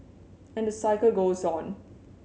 and the cycle goes on